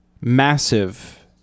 massive